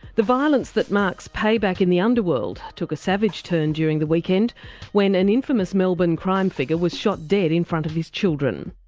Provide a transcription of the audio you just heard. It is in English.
the violence that marks payback in the underworld took a savage turn during the weekend when an infamous melbourne crime figure was shot dead in front of his children.